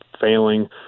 failing